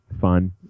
fun